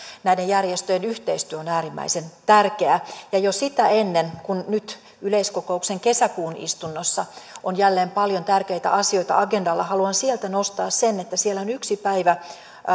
näiden järjestöjen yhteistyö on äärimmäisen tärkeää jo sitä ennen kun nyt yleiskokouksen kesäkuun istunnossa on jälleen paljon tärkeitä asioita agendalla haluan nostaa sen että siellä on yksi päivä